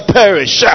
perish